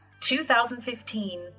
2015